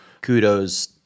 kudos